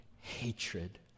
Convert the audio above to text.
hatred